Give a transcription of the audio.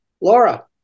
Laura